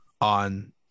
on